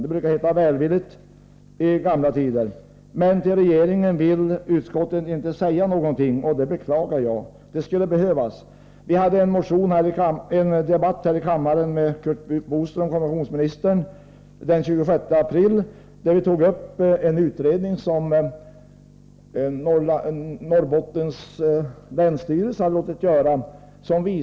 I gamla tider hette det ”välvilligt”. Men till regeringen vill utskottet inte säga någonting. Det beklagar jag. Det skulle behövas. Vi hade en debatt här i kammaren den 26 april med kommunikationsminister Curt Boström. Där diskuterades en utredning som Norrbottens länsstyrelse låtit göra.